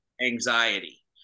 anxiety